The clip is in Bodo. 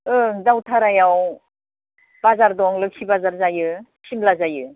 ओं दावथारायाव बाजार दं लोक्षि बाजार जायो सिमला जायो